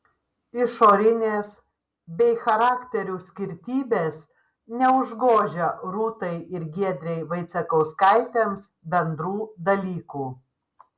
išorinės bei charakterių skirtybės neužgožia rūtai ir giedrei vaicekauskaitėms bendrų dalykų